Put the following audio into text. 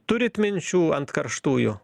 turit minčių ant karštųjų